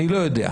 אני לא יודע,